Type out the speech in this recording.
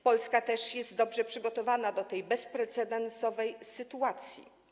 Polska jest też dobrze przygotowana do tej bezprecedensowej sytuacji.